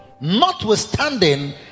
Notwithstanding